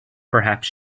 perhaps